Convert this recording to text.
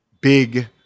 big